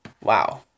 Wow